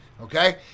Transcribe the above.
okay